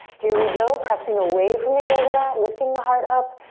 here we go, pressing away from the yoga mat, lifting the heart up,